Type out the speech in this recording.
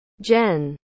Jen